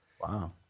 Wow